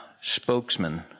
spokesman